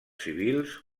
civils